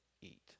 eat